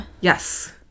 Yes